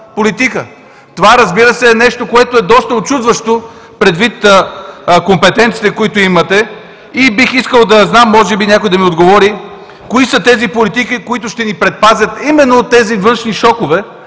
Това, разбира се, е нещо, което е доста учудващо, предвид компетенциите, които имате. Бих искал да знам, може би някой да ми отговори: кои са тези политики, които ще ни предпазят именно от тези външни шокове,